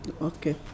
Okay